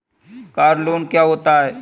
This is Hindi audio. कार लोन क्या होता है?